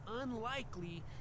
unlikely